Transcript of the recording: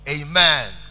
Amen